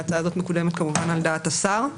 ההצעה הזאת מקודמת, כמובן, על דעת השר.